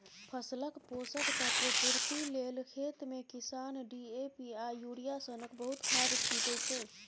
फसलक पोषक तत्व पुर्ति लेल खेतमे किसान डी.ए.पी आ युरिया सनक बहुत खाद छीटय छै